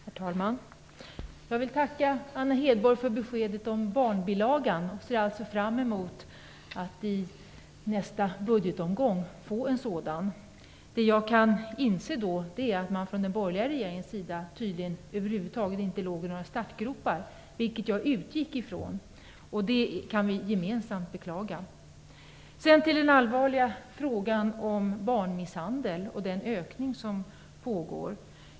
Herr talman! Jag vill tacka Anna Hedborg för beskedet om barnbilagan. Jag ser fram emot att i nästa budgetomgång få en sådan. Det jag kan inse är att man från den borgerliga regeringens sida tydligen inte över huvud taget låg i några startgropar, vilket jag utgick ifrån. Det kan vi gemensamt beklaga. Sedan till den allvarliga frågan om barnmisshandel och den ökning som pågår.